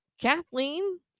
Kathleen